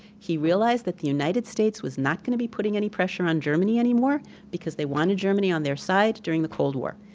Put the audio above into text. he realized that the united states was not gonna be putting any pressure on germany anymore because they wanted germany on their side during the cold war.